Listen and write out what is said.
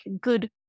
good